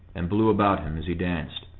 and blew about him as he danced,